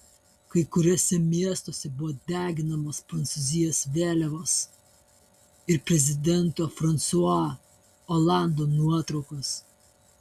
kai kuriuose miestuose buvo deginamos prancūzijos vėliavos ir prezidento fransua olando nuotraukos